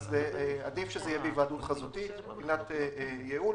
אז עדיף שזה יהיה בהיוועדות חזותית מבחינת ייעול,